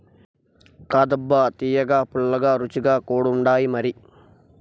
కాదబ్బా తియ్యగా, పుల్లగా, రుచిగా కూడుండాయిమరి